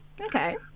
Okay